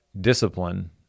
Discipline